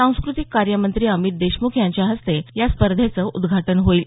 सांस्कृतिक कार्य मंत्री अमित देशम्ख यांच्या हस्ते या स्पर्धेचं उद्घाटन होईल